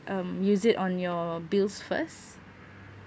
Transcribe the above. um use it on your bills first